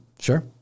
Sure